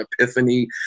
epiphany